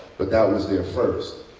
but that was their first.